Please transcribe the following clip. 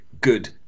good